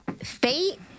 Fate